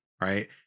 right